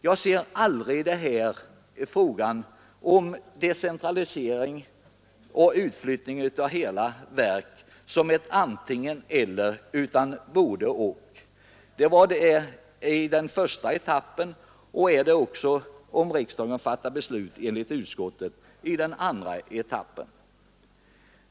Jag ser aldrig den här frågan om decentralisering och utflyttning av hela verk som ett antingen—eller utan som ett både—och. Det var så i den första etappen, och är det också om riksdagen fattar beslut enligt utskottet i den andra etappen.